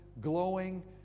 glowing